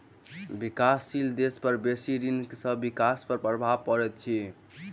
विकासशील देश पर बेसी ऋण सॅ विकास पर प्रभाव पड़ैत अछि